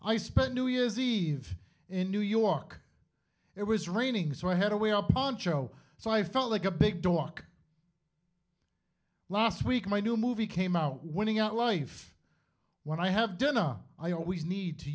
i spent new year's eve in new york it was raining so i head away a poncho so i felt like a big dork last week my new movie came out winning out life when i have dinner i always need to